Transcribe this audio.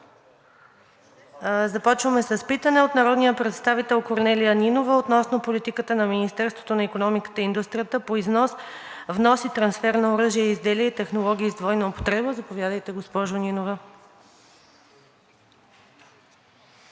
Започваме с питане от народния представител Корнелия Нинова относно политиката на Министерството на икономиката и индустрията по износ, внос и трансфер на оръжие и изделия и технологии с двойна употреба. Заповядайте, госпожо Нинова.